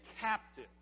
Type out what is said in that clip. captive